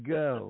go